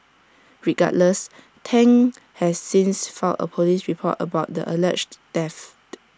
regardless Tang has since filed A Police report about the alleged theft